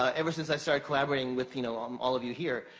ah ever since i started collaborating with you know um all of you here,